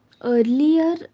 earlier